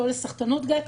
לא לסחטנות גט,